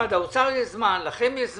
למשרד האוצר יש זמן, לכם יש זמן.